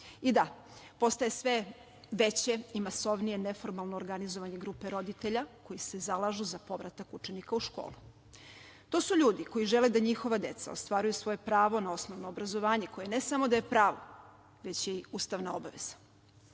da, postaje sve veće i masovnije neformalno organizovanje grupe roditelja koji se zalažu za povratak učenika u škole. To su ljudi koji žele da njihova deca ostvaruju svoje pravo na osnovno obrazovanje, koje ne samo da je pravo, već je i ustavna obaveza.